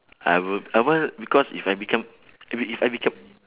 I will I want because if I become if if I become